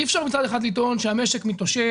אי אפשר מצד אחד לטעון שהמשק מתאושש,